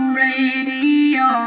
radio